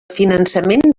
finançament